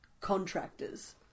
contractors